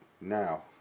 now